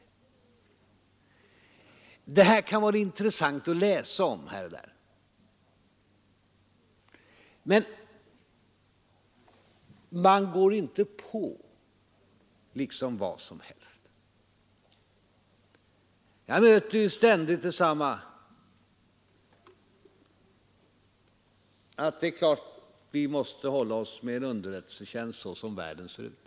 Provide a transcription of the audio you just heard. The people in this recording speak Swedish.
Människor tycks anse att det kan vara intressant att läsa om det här, men de går inte på vad som helst. Jag möter ständigt samma uppfattning: Det är klart att vi måste hålla oss med en underrättelsetjänst, såsom världen ser ut.